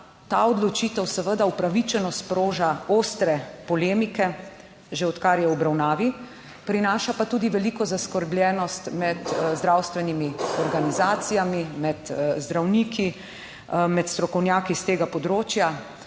ta odločitev seveda upravičeno sproža ostre polemike, že odkar je v obravnavi, prinaša pa tudi veliko zaskrbljenost med zdravstvenimi organizacijami, med zdravniki, med strokovnjaki s tega področja.